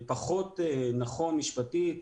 פחות נכון משפטית,